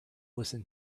listen